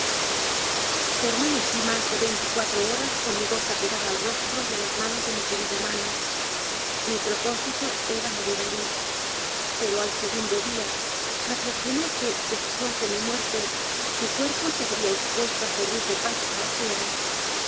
permanecí más de veinticuatro horas con mi boca pegada al rostro y a las manos de mi queri da manon mi propósito era morir allí pero al segundo día reflexioné que después de mi muerte su cuerpo se vería expuesto a servir de pasto a las fieras